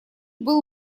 был